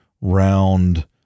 round